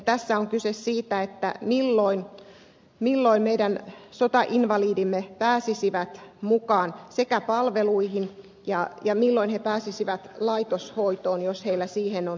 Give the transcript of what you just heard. tässä on kyse siitä milloin meidän sotainvalidimme pääsisivät mukaan palveluihin ja milloin he pääsisivät laitoshoitoon jos heillä siihen on tarve